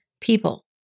people